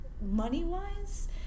money-wise